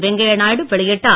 வெங்கைய நாயுடு வெளியிட்டார்